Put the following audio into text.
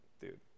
Dude